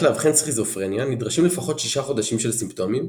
לאבחן סכיזופרניה נדרשים לפחות שישה חודשים של סימפטומים,